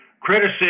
criticism